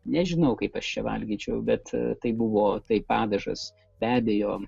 nežinau kaip aš čia valgyčiau bet tai buvo tai padažas be abejo